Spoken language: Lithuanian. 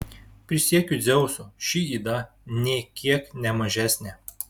prisiekiu dzeusu ši yda nė kiek ne mažesnė